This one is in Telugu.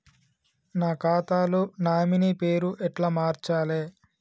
నా ఖాతా లో నామినీ పేరు ఎట్ల మార్చాలే?